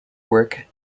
work